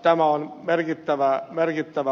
tämä on merkittävä uudistus